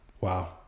Wow